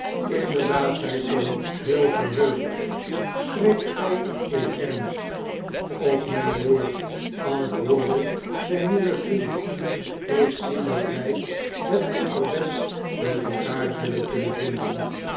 inderdaad zei tom heel verheugd spreekt gij in ernst op mijn woord antwoordde zijn nieuwe vriend ik zie dat wij het opperbest met elkaar zullen kunnen vinden